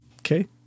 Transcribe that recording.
Okay